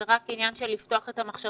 זה רק עניין של לפתוח את המחשבה.